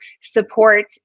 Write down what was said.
support